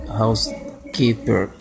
housekeeper